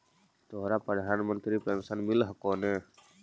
तोहरा प्रधानमंत्री पेन्शन मिल हको ने?